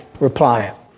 reply